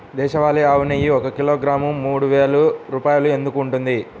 దేశవాళీ ఆవు నెయ్యి ఒక కిలోగ్రాము మూడు వేలు రూపాయలు ఎందుకు ఉంటుంది?